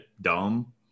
dumb